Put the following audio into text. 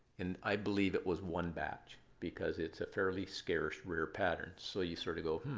and i believe it was one batch, because it's a fairly scarce, rare pattern. so you sort of go,